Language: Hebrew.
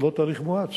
זה לא תהליך מואץ.